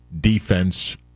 defense